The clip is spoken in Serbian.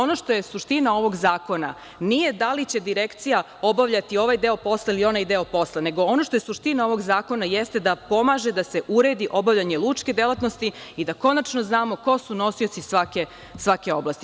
Ono što je suština ovog zakona nije da li će direkcija obavljati ovaj deo posla ili onaj deo posla, nego ono je suština ovog zakona jeste da pomaže da se uredi obavljanje lučke delatnosti i da konačno znamo ko su nosioci svake oblasti.